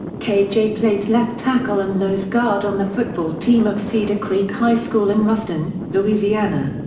k j. played left tackle and nose guard on the football team of cedar creek high school in ruston, louisiana.